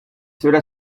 cela